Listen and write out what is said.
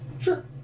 Sure